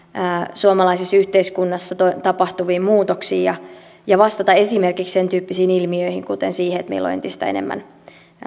suomalaisessa yhteiskunnassa tapahtuviin muutoksiin ja ja vastata esimerkiksi sen tyyppisiin ilmiöihin kuten siihen että meillä on entistä enemmän